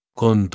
con